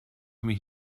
mich